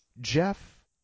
jeff